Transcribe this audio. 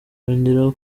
yongeraho